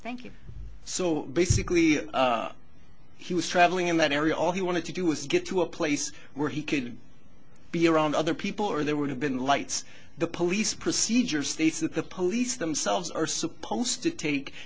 thank you so basically he was traveling in that area all he wanted to do was get to a place where he could be around other people or there would have been lights the police procedure states that the police themselves are supposed to take